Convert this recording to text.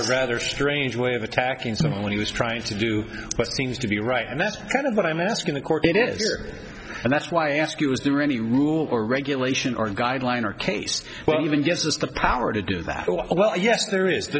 is rather strange way of attacking someone who is trying to do things to be right and that's kind of what i'm asking the court it is and that's why i ask you is there any rule or regulation or guideline or case well even justice the power to do that well yes there i